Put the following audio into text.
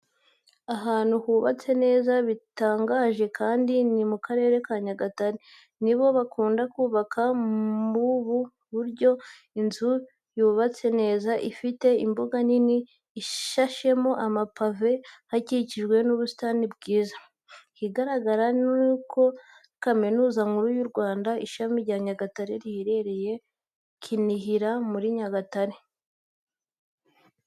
Ahantu hubatse neza bitangaje kandi ni mu Karere ka Nyagatare, ni bo bakunda kubaka muri ubu buryo inzu yubatse neza, ifite imbuga nini ishashemo amapave hakikijwe n'ubusitani bwiza. Ikigaragara ni kuri Kaminuza Nkuru y'u Rwanda, Ishami rya Nyagatare riherereye mu Kinihira muri Nyagatare.